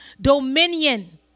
dominion